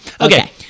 okay